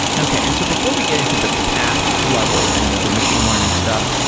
okay. and so before we get into the the path level and the machine learning stuff,